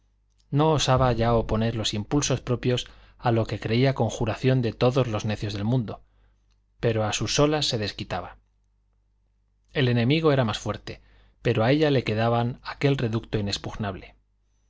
no osaba ya oponer los impulsos propios a lo que creía conjuración de todos los necios del mundo pero a sus solas se desquitaba el enemigo era más fuerte pero a ella le quedaba aquel reducto inexpugnable